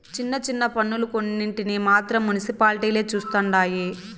చిన్న చిన్న పన్నులు కొన్నింటిని మాత్రం మునిసిపాలిటీలే చుస్తండాయి